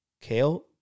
Kale